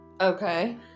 Okay